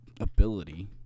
ability